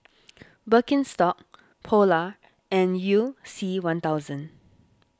Birkenstock Polar and You C one thousand